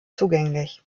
zugänglich